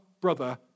brother